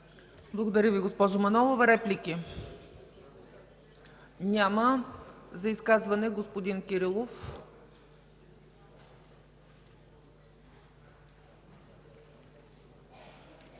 Благодаря Ви, госпожо Манолова. Реплики? Няма. За изказване – господин Кирилов.